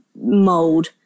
mold